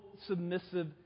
submissive